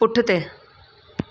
पुठिते